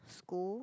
school